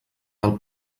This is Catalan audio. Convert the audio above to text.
del